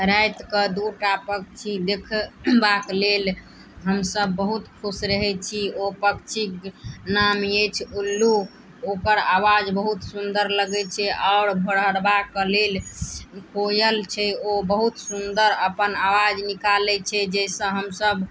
राति कऽ दू टा पक्षी देखबाक लेल हमसब बहुत खुश रहै छी ओ पक्षी नाम अछि उल्लू ओकर आवाज बहुत सुन्दर लगै छै आओर भोरहरबाके लेल कोयल छै ओ बहुत सुन्दर अपन आवाज निकालै छै जाहिसॅं हमसब